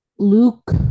luke